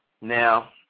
Now